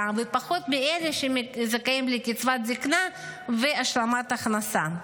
ופחות מאלה שזכאים לקצבת זקנה והשלמת הכנסה.